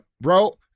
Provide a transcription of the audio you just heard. bro